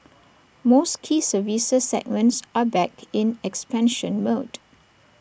most key services segments are back in expansion mode